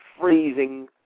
freezing